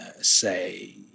Say